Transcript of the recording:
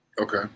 Okay